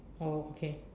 oh okay